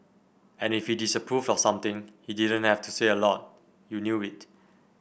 and if he disapproved of something he didn't have to say a lot you knew it